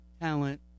talent